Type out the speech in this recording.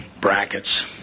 brackets